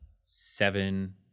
seven